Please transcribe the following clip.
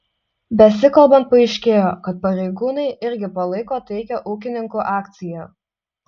besikalbant paaiškėjo kad pareigūnai irgi palaiko taikią ūkininkų akciją